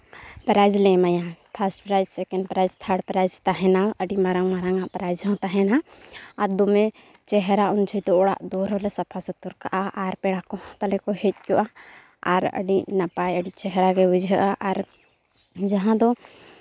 prize ᱞᱮ ᱮᱢᱟᱭᱟ first prize second prize third prize ᱛᱟᱦᱮᱱᱟ ᱟᱹᱰᱤ ᱢᱟᱨᱟᱝ ᱢᱟᱨᱟᱝᱟᱜ ᱯᱨᱟᱭᱤᱡᱽ ᱦᱚᱸ ᱛᱟᱦᱮᱱᱟ ᱟᱨ ᱫᱚᱢᱮ ᱪᱮᱦᱨᱟ ᱩᱱ ᱡᱚᱦᱚᱡᱽ ᱫᱚ ᱚᱲᱟᱜ ᱫᱩᱣᱟᱹᱨ ᱦᱚᱸᱞᱮ ᱥᱟᱯᱷᱟ ᱥᱩᱛᱟᱹᱨ ᱠᱟᱜᱼᱟ ᱟᱨ ᱯᱮᱲᱟ ᱠᱚᱦᱚᱸ ᱛᱟᱞᱮ ᱦᱮᱡᱽ ᱠᱚᱜᱼᱟ ᱟᱨ ᱟᱹᱰᱤ ᱱᱟᱯᱟᱭ ᱟᱹᱰᱤ ᱪᱮᱦᱨᱟ ᱜᱮ ᱵᱩᱡᱷᱟᱹᱜᱼᱟ ᱟᱨ ᱡᱟᱦᱟᱸ ᱫᱚ